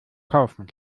kaufen